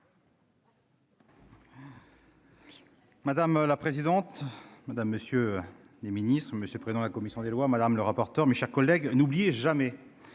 Madame la présidente, mesdames, messieurs les Ministres Monsieur Président, la commission des lois, madame le rapporteur, mes chers collègues, n'oubliez jamais